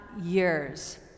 years